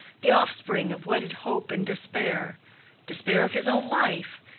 the offspring of wedded hope and despair despair of his own life,